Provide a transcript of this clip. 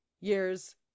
years